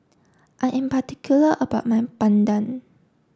I am particular about my Bandung